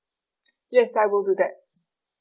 yes I will do that